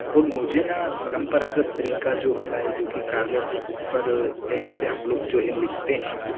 और मुझे ना परम्परागत तरीका जो होता है जो कि कागज़ पर पेन से हम लोग जो है लिखते हैं